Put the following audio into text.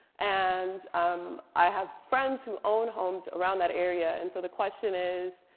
and um i have friends who own homes around that area. and so the question is,